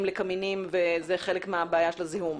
לקמינים וזה חלק מהבעיה של הזיהום.